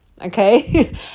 Okay